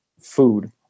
food